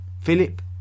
Philip